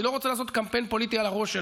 אני לא רוצה לעשות קמפיין פוליטי על הראש שלהם,